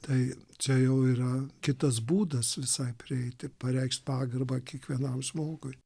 tai čia jau yra kitas būdas visai prieiti pareikšt pagarbą kiekvienam žmogui